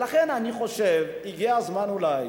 ולכן אני חושב שהגיע הזמן אולי,